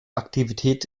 aktivität